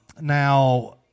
Now